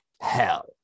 Hell